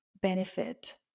benefit